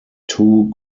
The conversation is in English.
two